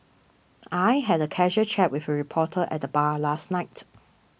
I had a casual chat with a reporter at the bar last night